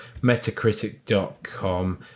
metacritic.com